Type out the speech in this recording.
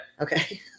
Okay